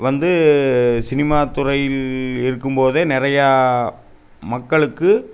வந்து சினிமா துறையில் இருக்கும் போதே நிறையா மக்களுக்கு